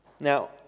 Now